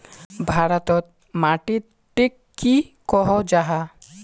भारत तोत माटित टिक की कोहो जाहा?